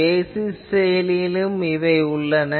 basis செயலியிலும் இவை உள்ளன